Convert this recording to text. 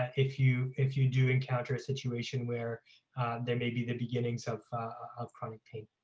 ah if you if you do encounter a situation where there may be the beginnings of of chronic pain.